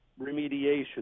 remediation